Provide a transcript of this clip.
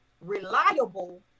reliable